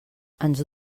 ens